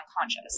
unconscious